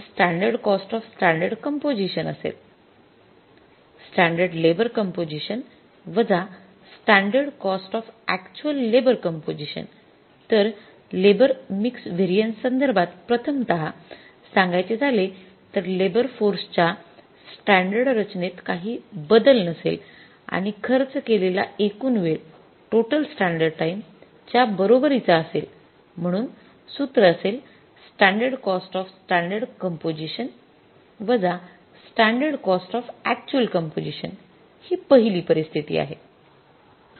तर standard cost of standard composition असेल standard labour composition वजा standard cost of actual labour कंपोझिशनतर labour mix variance संदर्भात प्रथमतः सांगायचे झाले तर लेबर फोर्स च्या स्टैंडर्ड रचनेत काही बदल नसेल आणि खर्च केलेला एकूण वेळ टोट्ल स्टॅंडर्ड टाइम च्या बरोबरीचा असेल म्हणून सूत्र असेल standard cost of standard composition वजा standard cost of actual composition हि पहिली परिस्थिती आहे